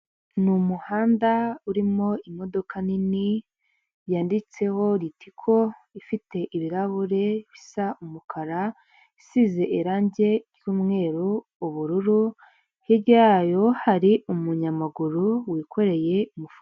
Numuhanda urimo imodoka nini yanditseho ritiko ifite ibirahure bisa umukara isize irangi ry’ umweru ubururu hirya yayo hari umunyamaguru wikoreye umufuka.